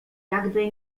jakby